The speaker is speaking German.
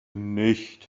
nicht